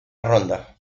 ronda